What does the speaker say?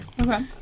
Okay